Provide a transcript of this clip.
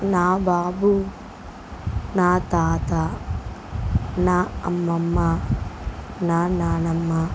నా బాబు నా తాత నా అమ్మమ్మ నా నానమ్మ